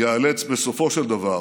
ייאלץ בסופו של דבר